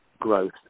growth